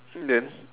then